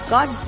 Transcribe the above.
God